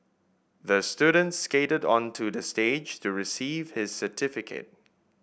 the student skated onto the stage to receive his certificate